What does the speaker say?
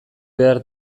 behar